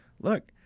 look